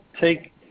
take